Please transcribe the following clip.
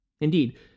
Indeed